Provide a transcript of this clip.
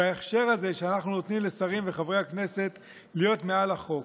וההכשר הזה שאנחנו נותנים לשרים וחברי כנסת להיות מעל החוק,